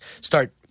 start